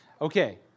Okay